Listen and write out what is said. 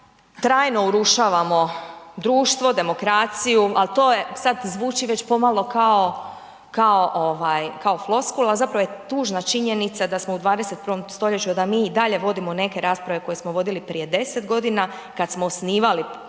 trajno urušavamo društvo, demokraciju ali to je, sad zvuči već pomalo kao floskula a zapravo je tužna činjenica da smo u 21. stoljeću a da mi i dalje vodimo neke rasprave koje smo vodili prije 10 godina kada smo osnivali